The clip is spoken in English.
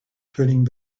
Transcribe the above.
turning